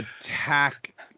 Attack